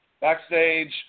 Backstage